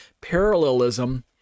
parallelism